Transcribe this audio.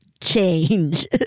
change